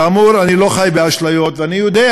כאמור, אני לא חי באשליות, ואני יודע